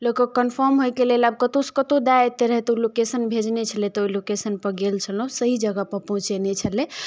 लोकके कन्फर्म होइके लेल आब कतौसँ कतौ दै एतय रहै तऽ ओ लोकेशन भेजने छलै तऽ ओइ लोकेशनपर गेल छलहुँ सही जगहपर पहुँचेने छलै